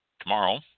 tomorrow